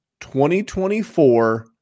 2024